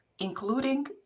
including